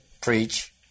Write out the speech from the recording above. preach